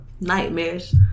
Nightmares